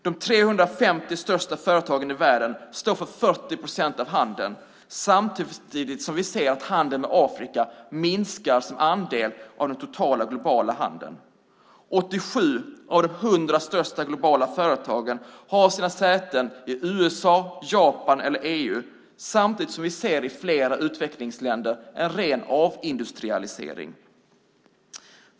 De 350 största företagen står för 40 procent av handeln, samtidigt som vi ser att handeln med Afrika minskar som andel av den totala globala handeln. 87 av de 100 största globala företagen har sina säten i USA, Japan och EU, samtidigt som vi i flera utvecklingsländer ser en ren avindustrialisering.